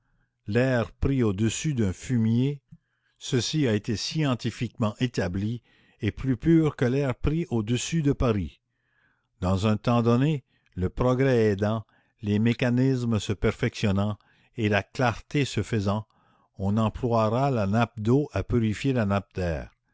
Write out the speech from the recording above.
l'air pris au-dessus d'un fumier ceci a été scientifiquement établi est plus pur que l'air pris au-dessus de paris dans un temps donné le progrès aidant les mécanismes se perfectionnant et la clarté se faisant on emploiera la nappe d'eau à purifier la nappe